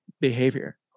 behavior